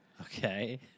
okay